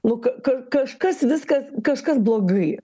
nu k k kažkas viskas kažkas blogai